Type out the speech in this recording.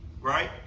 right